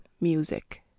music